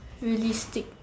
realistic